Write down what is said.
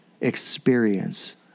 experience